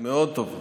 מאוד טובה.